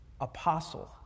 apostle